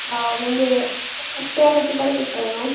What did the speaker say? होय म्हणजे ते मातशे बरे पडटले न्हू